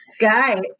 guy